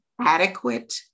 adequate